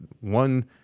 one